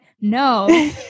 no